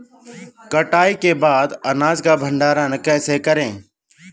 कटाई के बाद अनाज का भंडारण कैसे करें?